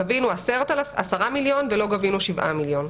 גבינו 10 מיליון ולא גבינו שבעה מיליון.